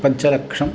पञ्चलक्षम्